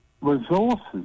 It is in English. resources